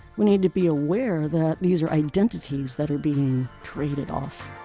we need to be aware that these are identities that are being traded off